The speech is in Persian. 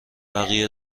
بقیه